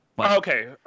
okay